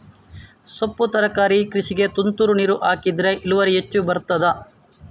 ಸೊಪ್ಪು ತರಕಾರಿ ಕೃಷಿಗೆ ತುಂತುರು ನೀರು ಹಾಕಿದ್ರೆ ಇಳುವರಿ ಹೆಚ್ಚು ಬರ್ತದ?